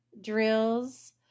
drills